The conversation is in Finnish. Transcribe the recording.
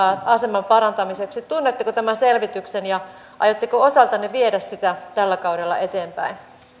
aseman parantamiseksi tunnetteko tämän selvityksen ja aiotteko osaltanne viedä sitä tällä kaudella eteenpäin